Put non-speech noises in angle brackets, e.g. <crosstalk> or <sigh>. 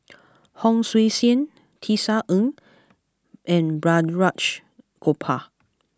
<noise> Hon Sui Sen Tisa Ng and Balraj Gopal